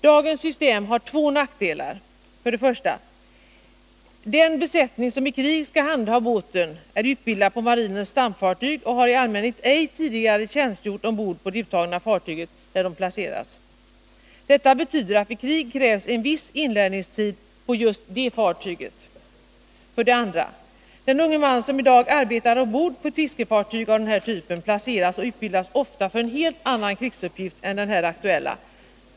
Dagens system har två nackdelar. För det första: Den besättning som i krig skall handha båten är utbildad på marinens stamfartyg och har i allmänhet inte tidigare tjänstgjort ombord på det uttagna fartyg där den placeras. Detta betyder att vid krig krävs en viss inlärningstid på just det fartyget. För det andra: Den unge man som i dag arbetar ombord på ett fiskefartyg av den här typen placeras och utbildas ofta för en helt annan krigsuppgift än den här aktuella.